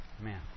Amen